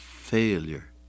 failure